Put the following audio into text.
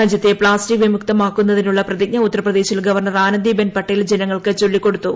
രാജ്യത്തെ പ്സാസ്റ്റിക് വിമുക്തമാക്കുന്നതിനുള്ള പ്രതിജ്ഞ ഉത്തർപ്രദേശിൽ ഗവർണർ ആനന്ദി ബെൻ പട്ടേൽ ജനങ്ങൾക്ക് ചൊല്ലിക്കൊടുത്തു